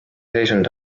seisund